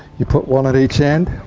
you put one on each end.